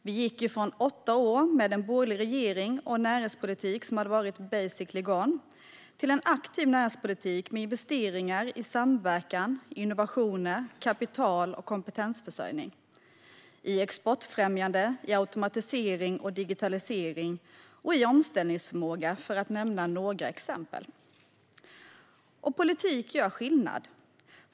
Vi gick från åtta år med en borgerlig regering och en näringspolitik som hade varit basically gone till en aktiv näringspolitik med investeringar i samverkan, innovationer, kapital, kompetensförsörjning, exportfrämjande, automatisering, digitalisering och omställningsförmåga - för att nämna några exempel. Och politik gör skillnad.